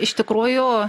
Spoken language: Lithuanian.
iš tikrųjų